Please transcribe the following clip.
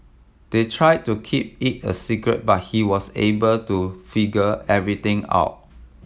they tried to keep it a secret but he was able to figure everything out